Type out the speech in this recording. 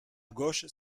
gauche